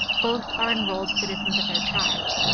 both are enrolled citizens of their tribes.